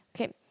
okay